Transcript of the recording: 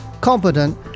competent